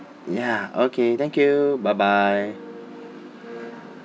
ya okay thank you bye bye